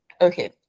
Okay